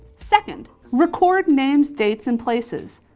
second record names, dates, and places.